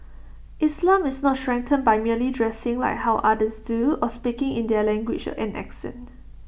islam is not strengthened by merely dressing like how others do or speaking in their language and accent